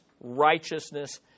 righteousness